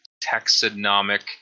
taxonomic